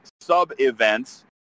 sub-events